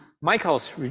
Michael's